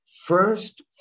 first